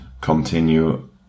continue